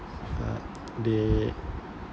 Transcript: uh they